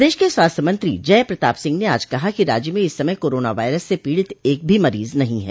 प्रदेश के स्वास्थ्य मंत्री जय प्रताप सिंह ने आज कहा कि राज्य में इस समय कोरोना वायरस से पीड़ित एक भी मरीज नहीं है